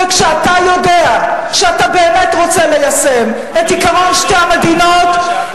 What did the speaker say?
וכשאתה יודע שאתה באמת רוצה ליישם את עקרון שתי המדינות,